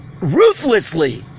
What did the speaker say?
ruthlessly